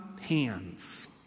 hands